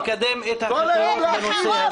אין לך רוב.